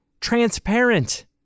transparent